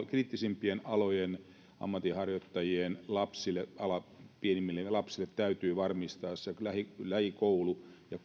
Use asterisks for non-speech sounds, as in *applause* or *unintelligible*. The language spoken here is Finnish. *unintelligible* kriittisimpien alojen ammatinharjoittajien lapsille pienimmille lapsille täytyy varmistaa se lähikoulu lähikoulu ja *unintelligible*